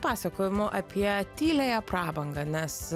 pasakojimu apie tyliąją prabangą nes